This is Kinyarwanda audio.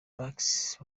barks